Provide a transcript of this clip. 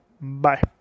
Bye